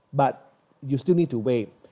but you still need to wait